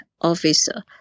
officer